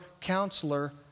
counselor